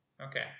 Okay